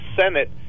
Senate